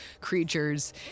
creatures